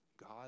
God